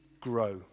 grow